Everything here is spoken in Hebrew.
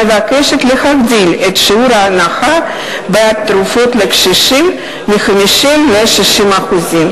המבקשת להגדיל את שיעור ההנחה בעד תרופות לקשישים מ-50% ל-60%.